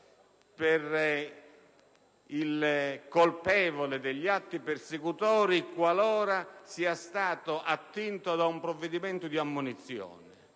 per colui che commette atti persecutori qualora sia stato attinto da un provvedimento di ammonizione.